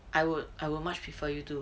I would I would much prefer you to